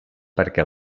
perquè